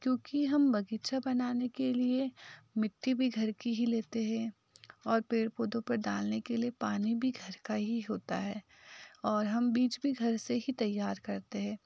क्योंकि हम बगीचा बनाने के लिए मिट्टी भी घर की ही लेते हैं और पेड़ पौधों पर डालने के लिए पानी भी घर का ही होता है और हम बीज भी घर से ही तैयार करते हैं